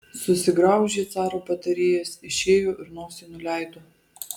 susigraužė caro patarėjas išėjo ir nosį nuleido